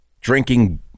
drinking